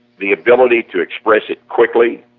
the ability to express it quickly,